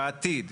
בעתיד.